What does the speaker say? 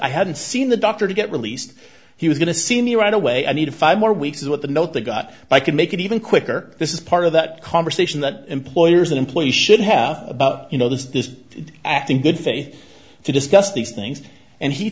i hadn't seen the doctor to get released he was going to see me right away i needed five more weeks is what the note that got by could make it even quicker this is part of that conversation that employers and employees should have about you know this is acting in good faith to discuss these things and he